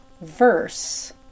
verse